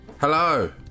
Hello